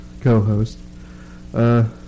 co-host